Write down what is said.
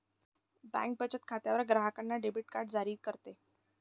bank बचत खात्यावर ग्राहकांना डेबिट कार्ड जारी करते